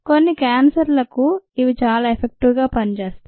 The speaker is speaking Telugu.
కొన్ని క్యాన్సర్లకు ఇవి చాలా ఎఫెక్టివ్ గా పనిచేస్తాయి